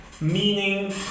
Meaning